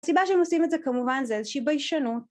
הסיבה שהם עושים את זה כמובן זה איזושהי ביישנות